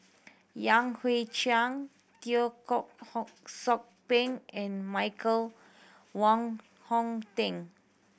Yan Hui Chang Teo Koh hock Sock Miang and Michael Wong Hong Teng